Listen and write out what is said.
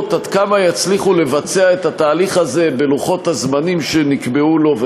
עד כמה יצליחו לבצע את התהליך הזה בלוחות הזמנים שנקבעו לו,